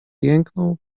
jęknął